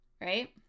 right